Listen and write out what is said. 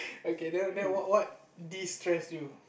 okay then then what what destress you